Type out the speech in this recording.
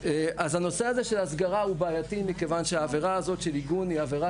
אז נושא ההסגרה הוא בעייתי מכיוון שהעבירה הזאת של עיגון היא עבירה